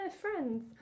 friends